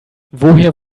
woher